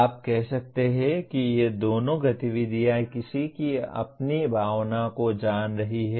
आप कह सकते हैं कि ये दोनों गतिविधियाँ किसी की अपनी भावनाओं को जान रही हैं